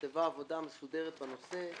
נכתבה עבודה מסודרת בנושא.